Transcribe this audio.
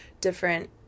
different